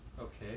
okay